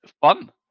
Fun